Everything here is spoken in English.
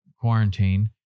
quarantine